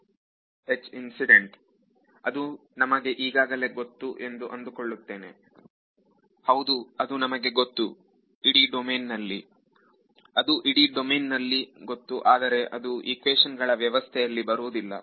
H incident ವಿದ್ಯಾರ್ಥಿ ಅದು ನಮಗೆ ಈಗಾಗಲೇ ಗೊತ್ತು ಎಂದು ಅಂದುಕೊಳ್ಳುತ್ತೇನೆ ಹೌದು ಅದು ನಮಗೆ ಗೊತ್ತು ವಿದ್ಯಾರ್ಥಿ ಇಡೀ ಡೊಮೇನಲ್ಲಿ ಅದು ಇಡೀ ಡೊಮೇನ್ ಅಲ್ಲಿ ಗೊತ್ತು ಆದರೆ ಅದು ಈಕ್ವೇಶನ್ ಗಳ ವ್ಯವಸ್ಥೆ ಬರುವುದಿಲ್ಲ